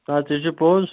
اَدٕ تے چھُ پوٚز